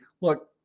Look